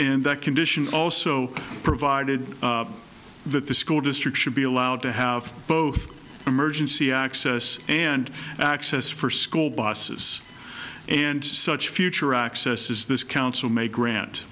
d that condition also provided that the school district should be allowed to have both emergency access and access for school buses and such future access is this council may grant